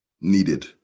Needed